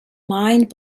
mind